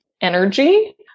energy